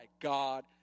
God